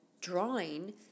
drawing